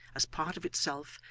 as part of itself,